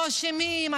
אנחנו אשמים,